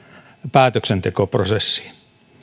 päätöksentekoprosessiin